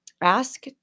Ask